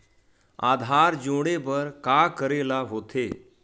आधार जोड़े बर का करे ला होथे?